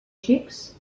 xics